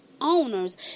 owners